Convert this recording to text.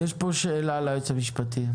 שאלה ליועץ המשפטי.